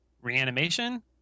Reanimation